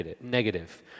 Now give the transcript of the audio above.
negative